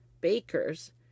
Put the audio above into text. bakers